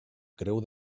creu